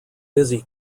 busy